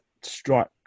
strike